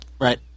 Right